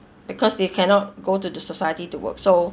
because they cannot go to the society to work so